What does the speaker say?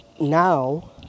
now